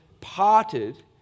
parted